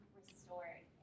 restored